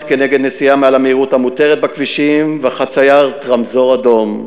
כנגד נסיעה מעל המהירות המותרת בכבישים וחציית צומת ברמזור אדום.